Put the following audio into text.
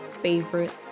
favorite